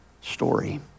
story